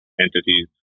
entities